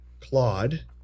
Claude